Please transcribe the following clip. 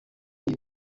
iyi